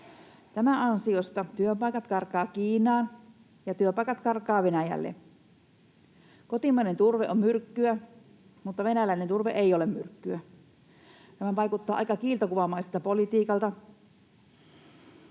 Tämän ansiosta työpaikat karkaavat Kiinaan ja työpaikat karkaavat Venäjälle. Kotimainen turve on myrkkyä, mutta venäläinen turve ei ole myrkkyä. Tämä vaikuttaa aika kiiltokuvamaiselta politiikalta,